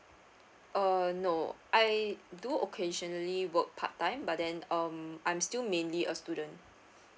uh no I do occasionally work part time but then um I'm still mainly a student